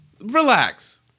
relax